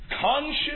conscious